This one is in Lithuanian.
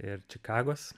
ir čikagos